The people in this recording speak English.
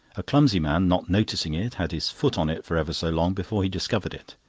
a clumsy man not noticing it, had his foot on it for ever so long before he discovered it.